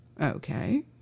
Okay